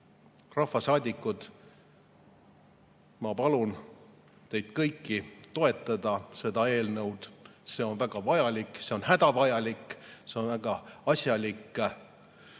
rahvasaadikud, ma palun teid kõiki toetada seda eelnõu. See on väga vajalik, see on hädavajalik, see on väga asjalik.